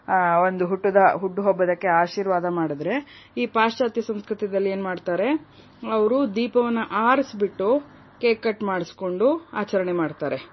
ಒಂದು ಹುಟ್ಟಿದ ಹುಟ್ಟುಹಬ್ಬಕ್ಕೆ ಆಶೀರ್ವಾದ ಮಾಡಿದರೆ ಈ ಪಾಶ್ಚಾತ್ಯ ಸಂಸ್ಕೃತಿಯಲ್ಲಿ ಏನು ಮಾಡ್ತಾರೆ ಅವರು ದೀಪವನ್ನು ಆರಿಸ್ಬಿಟ್ಟು ಕೇಕ್ ಕಟ್ ಮಾಡಿಸ್ಕೊಂಡು ಆಚರಣೆ ಮಾಡ್ತಾರೆ